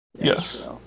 Yes